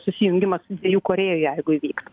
susijungimas dviejų korėjų jeigu įvyktų